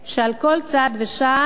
שעל כל צעד ושעל,